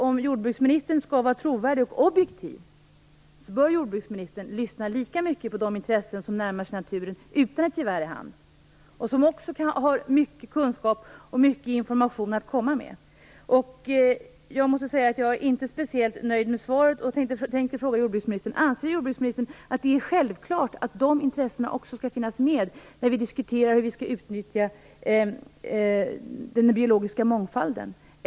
Om jordbruksministern skall vara trovärdig och objektiv menar jag att hon bör lyssna lika mycket till de intressen som närmar sig naturen utan ett gevär i handen och som också kan ha mycket information och kunskap att komma med. Jag måste säga att jag inte är speciellt nöjd med svaret, och jag vill därför fråga: Anser jordbruksministern att det är självklart att också dessa intressen skall finnas med när vi diskuterar hur vi skall utnyttja den biologiska mångfalden?